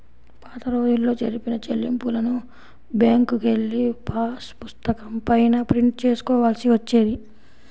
పాతరోజుల్లో జరిపిన చెల్లింపులను బ్యేంకుకెళ్ళి పాసుపుస్తకం పైన ప్రింట్ చేసుకోవాల్సి వచ్చేది